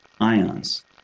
ions